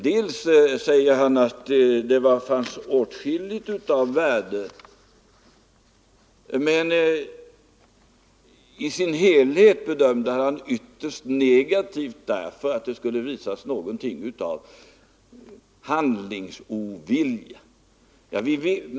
Herr Sjönell säger att det fanns åtskilligt av värde i det, men i dess helhet bedömde han svaret ytterst negativt därför att det skulle visa något av handlingsovilja.